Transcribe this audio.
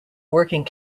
working